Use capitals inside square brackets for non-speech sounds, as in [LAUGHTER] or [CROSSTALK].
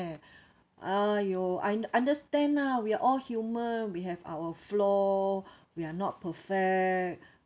!aiyo! I understand lah we are all human we have our flaw [BREATH] we are not perfect